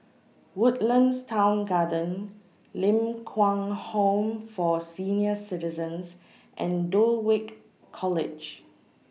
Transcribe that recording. Woodlands Town Garden Ling Kwang Home For Senior Citizens and Dulwich College